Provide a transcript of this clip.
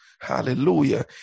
Hallelujah